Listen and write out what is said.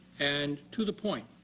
and to the point.